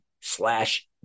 slash